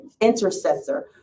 intercessor